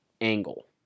angle